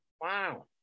Wow